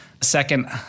second